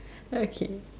okay